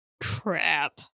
Crap